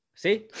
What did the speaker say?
See